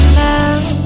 love